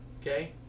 okay